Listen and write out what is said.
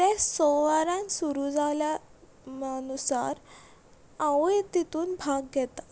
ते स वरान सुरू जाल्या अनुसार हांवूय तितून भाग घेता